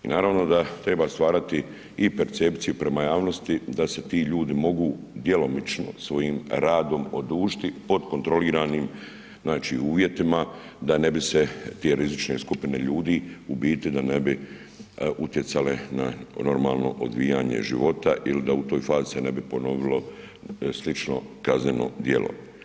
I naravno da treba stvarati i percepciju prema javnosti da se ti ljudi mogu djelomično svojim radom odužiti pod kontroliranim uvjetima da ne bi se te rizične skupine ljudi, u biti da ne bi utjecale na normalno odvijanje života ili da u toj fazi se ne bi ponovilo slično kazneno djelo.